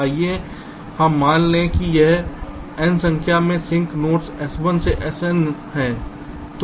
आइए हम मान लें कि यहां n संख्या में सिंक नोड्स s1 से sn हैं